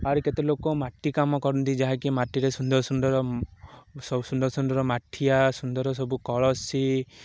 ଆହୁରି କେତେ ଲୋକ ମାଟି କାମ କରନ୍ତି ଯାହାକି ମାଟିରେ ସୁନ୍ଦର ସୁନ୍ଦର ସବୁ ସୁନ୍ଦର ସୁନ୍ଦର ମାଠିଆ ସୁନ୍ଦର ସବୁ କଳସୀ